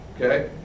Okay